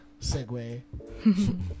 segue